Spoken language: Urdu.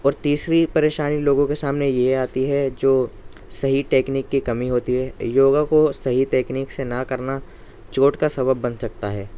اور تیسری پریشانی لوگوں کے سامنے یہ آتی ہے جو صحیح ٹیکنک کی کمی ہوتی ہے یوگا کو صحیح ٹیکنک سے نہ کرنا چوٹ کا سبب بن سکتا ہے